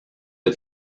had